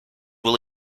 will